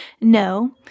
no